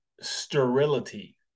sterility